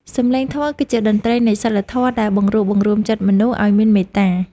សំឡេងធម៌គឺជាតន្ត្រីនៃសីលធម៌ដែលបង្រួបបង្រួមចិត្តមនុស្សឱ្យមានមេត្តា។